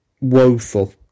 woeful